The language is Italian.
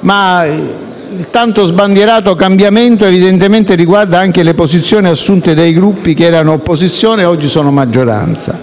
Ma il tanto sbandierato cambiamento evidentemente riguarda anche le posizioni assunte dai Gruppi che ieri erano all'opposizione e oggi sono nella maggioranza,